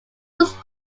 was